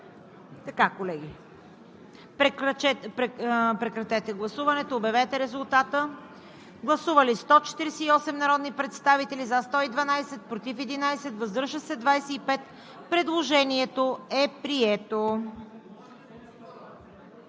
Колеги, прекратете гласуването и обявете резултата. Гласували 148 народни представители: за 112, против 11, въздържали се 25. Предложението е прието.